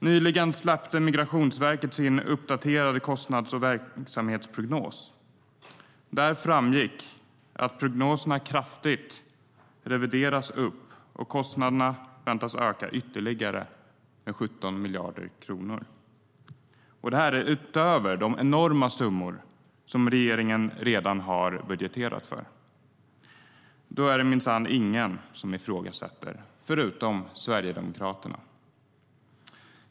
Nyligen släppte Migrationsverket sin uppdaterade kostnads och verksamhetsprognos. Av den framgick det att prognoserna revideras upp kraftigt. Kostnaderna väntas öka ytterligare, med 17 miljarder kronor. Det är utöver de enorma summor som regeringen redan har budgeterat för. Det är minsann ingen som ifrågasätter det, förutom Sverigedemokraterna.